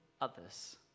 others